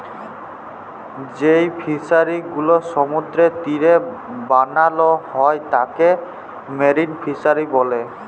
যেই ফিশারি গুলো সমুদ্রের তীরে বানাল হ্যয় তাকে মেরিন ফিসারী ব্যলে